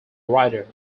writer